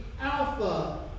Alpha